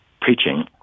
preaching